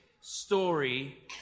story